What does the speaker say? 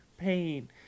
pain